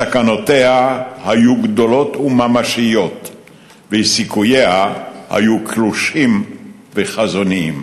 סכנותיה היו גדולות וממשיות וסיכוייה היו קלושים וחזוניים.